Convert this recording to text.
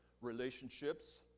relationships